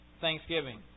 thanksgiving